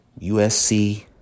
USC